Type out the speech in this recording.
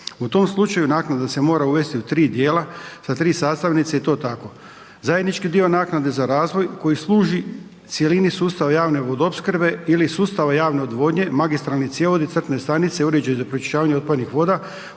U tom slučaju naknada se mora uvesti u 3 dijela sa 3 sastavnice i to tako, zajednički dio naknade za razvoj koji služi cjelini sustava javne vodoopskrbe ili sustava javne odvodnje, magistralni cjevovodi, crpne stanice i uređaji za pročišćavanje otpadnih voda,